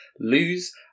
lose